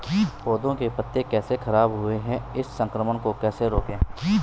पौधों के पत्ते कैसे खराब हुए हैं इस संक्रमण को कैसे रोकें?